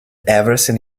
everything